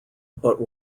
but